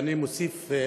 ואני מוסיף: